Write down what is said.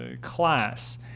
class